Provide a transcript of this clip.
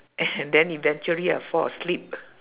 and then eventually I fall asleep